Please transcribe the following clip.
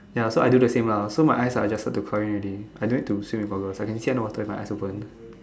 ya so I do the same lah so my eyes are adjusted to the problem already I no need to swim with goggles I can swim with my eyes open